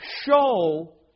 show